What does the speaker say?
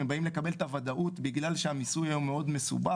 הם באים לקבל את הוודאות בגלל שהמיסוי מאוד מסובך,